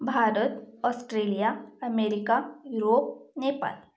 Bharat Australia America Europe Nepal